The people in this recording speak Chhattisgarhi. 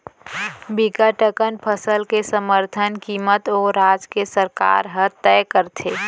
बिकट अकन फसल के समरथन कीमत ओ राज के सरकार ह तय करथे